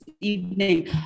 evening